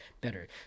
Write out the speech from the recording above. better